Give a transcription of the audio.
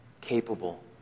capable